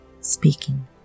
Speaking